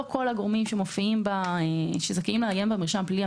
לא כל הגורמים שזכאים לעיין במרשם הפלילי,